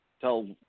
Tell